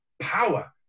power